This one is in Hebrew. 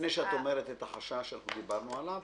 לפני שאת אומרת את החשש שאנחנו דיברנו עליו,